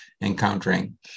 encountering